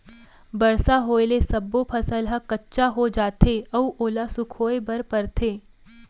बरसा होए ले सब्बो फसल ह कच्चा हो जाथे अउ ओला सुखोए बर परथे